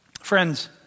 Friends